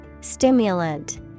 Stimulant